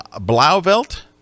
Blauvelt